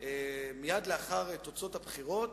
מייד לאחר היוודע תוצאות הבחירות,